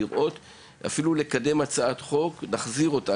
אפילו ננסה להחזיר את החוק שהיה,